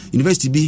University